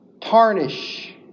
tarnish